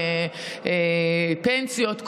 פנסיות.